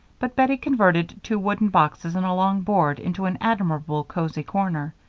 but bettie converted two wooden boxes and a long board into an admirable cozy corner.